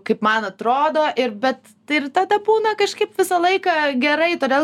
kaip man atrodo ir be tai ir tada būna kažkaip visą laiką gerai todėl